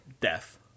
death